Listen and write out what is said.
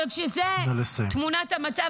אבל כשזו תמונת המצב,